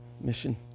Mission